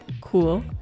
cool